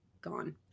gone